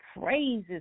praises